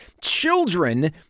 Children